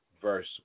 verse